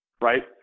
Right